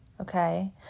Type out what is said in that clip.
okay